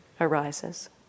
arises